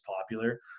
popular